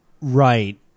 Right